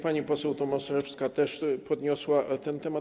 Pani poseł Tomaszewska też podniosła ten temat.